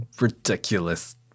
ridiculous